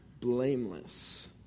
blameless